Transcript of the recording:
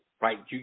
right